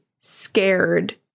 scared